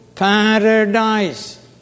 Paradise